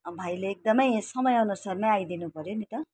भाइले एकदम समय अनुसारमा आइदिनु पर्यो नि त